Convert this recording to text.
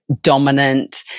dominant